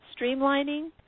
streamlining